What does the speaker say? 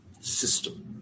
system